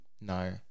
No